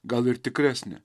gal ir tikresnė